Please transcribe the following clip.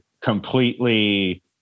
completely